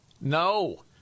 No